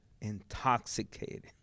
intoxicated